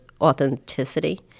authenticity